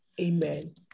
Amen